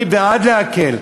אני בעד להקל,